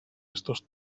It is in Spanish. estos